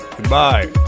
Goodbye